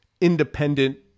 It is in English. independent